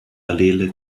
allele